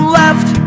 left